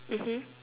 mmhmm